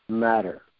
matter